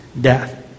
death